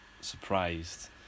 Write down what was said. surprised